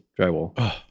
drywall